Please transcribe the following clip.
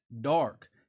dark